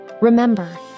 Remember